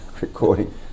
recording